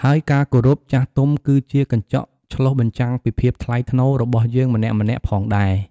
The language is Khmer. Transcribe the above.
ហើយការគោរពចាស់ទុំគឺជាកញ្ចក់ឆ្លុះបញ្ចាំងពីភាពថ្លៃថ្នូររបស់យើងម្នាក់ៗផងដែរ។